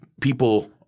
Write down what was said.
People